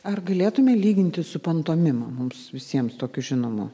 ar galėtume lyginti su pantomima mums visiems tokiu žinomu